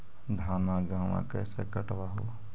धाना, गेहुमा कैसे कटबा हू?